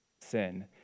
sin